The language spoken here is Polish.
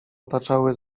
otaczały